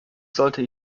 sollte